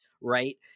right